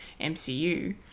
MCU